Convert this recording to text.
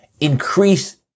increase